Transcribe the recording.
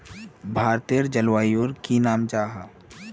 भारतेर जलवायुर की नाम जाहा?